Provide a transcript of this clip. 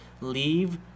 leave